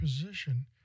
position